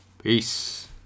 Peace